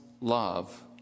love